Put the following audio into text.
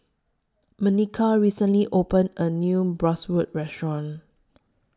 Makena recently opened A New Bratwurst Restaurant